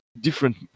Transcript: different